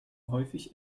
häufig